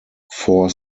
four